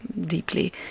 deeply